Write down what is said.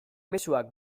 mezuak